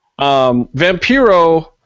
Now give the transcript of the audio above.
Vampiro